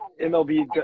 mlb